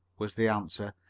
was the answer.